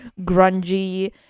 grungy